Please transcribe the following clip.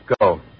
go